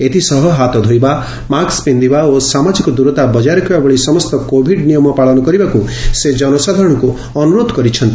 ଏଥିସହ ହାତଧୋଇବା ମାସ୍କ ପିଛିବା ଓ ସାମାଜିକ ଦୂରତା ବଜାୟରଖିବା ଭଳି ସମସ୍ତ କୋଭିଡ ନିୟମ ପାଳନ କରିବାକୁ ସେ ଜନସାଧାରଣଙ୍କୁ ଅନୁରୋଧ କରିଛନ୍ତି